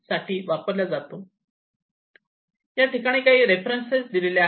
येथे काही रेफरन्स दिलेले आहेत